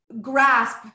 grasp